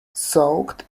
soaked